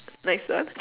next ah